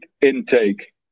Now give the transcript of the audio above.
intake